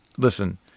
Listen